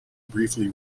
briefly